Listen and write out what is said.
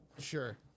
Sure